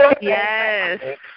Yes